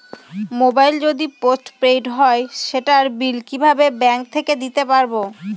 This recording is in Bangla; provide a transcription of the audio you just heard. মোবাইল যদি পোসট পেইড হয় সেটার বিল কিভাবে ব্যাংক থেকে দিতে পারব?